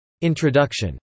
Introduction